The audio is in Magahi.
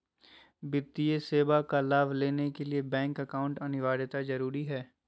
वित्तीय सेवा का लाभ लेने के लिए बैंक अकाउंट अनिवार्यता जरूरी है?